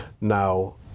Now